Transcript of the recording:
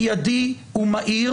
מיידי ומהיר